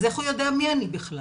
אז איך הוא יודע מי אני בכלל?